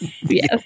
yes